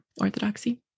orthodoxy